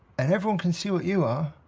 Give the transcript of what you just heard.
and everyone can see what you are.